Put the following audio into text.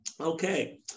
Okay